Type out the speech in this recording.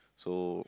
so